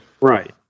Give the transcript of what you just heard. Right